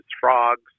frogs